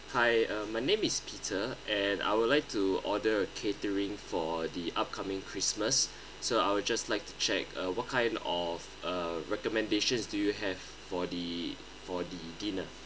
hi uh my name is peter and I would like to order a catering for the upcoming christmas so I would just like to check uh what kind of uh recommendations do you have for the for the dinner